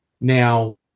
Now